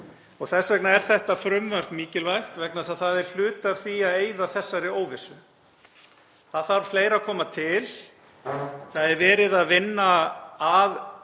haft áhrif á. Þetta frumvarp er mikilvægt vegna þess að það er hluti af því að eyða þessari óvissu. Það þarf fleira að koma til. Það er verið að vinna að